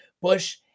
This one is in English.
Bush